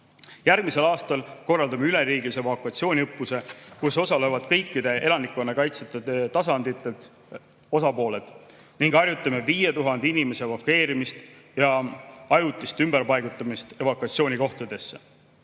Järgmisel aastal korraldame üleriigilise evakuatsiooniõppuse, kus osalevad kõikide elanikkonnakaitse tasandite osapooled ning harjutame 5000 inimese evakueerimist ja ajutist ümberpaigutamist evakuatsioonikohtadesse. Omavalitsuste